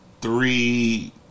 three